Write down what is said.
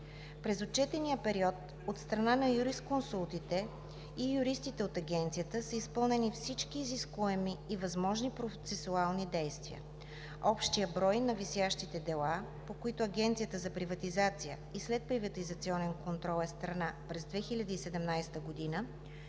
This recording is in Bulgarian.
През отчетния период от страна на юрисконсултите и юристите от Агенцията са изпълнени всички изискуеми и възможни процесуални действия. Общият брой на висящите дела, по които Агенцията за приватизация и следприватизационен контрол е страна през 2017 г.,